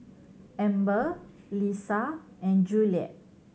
Amber Leesa and Juliet